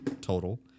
Total